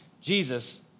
Jesus